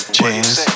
Chance